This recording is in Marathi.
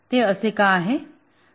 ते असे का आहे